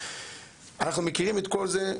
אנחנו מכירים את כל זה.